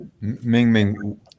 Ming-Ming